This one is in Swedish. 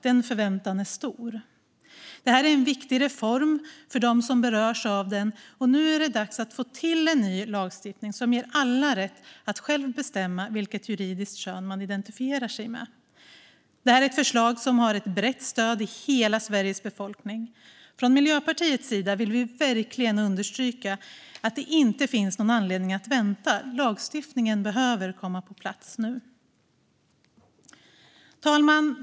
Det här är en viktig reform för dem som berörs av den, och nu är det dags att få en ny lagstiftning som ger alla rätt att själva bestämma vilket juridiskt kön man identifierar sig med. Det här är ett förslag med brett stöd i hela Sveriges befolkning. Från Miljöpartiets sida vill vi verkligen understryka att det inte finns någon anledning att vänta. Lagstiftningen behöver komma på plats nu. Fru talman!